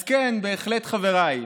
אז כן, בהחלט, חבריי,